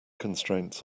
constraints